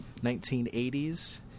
1980s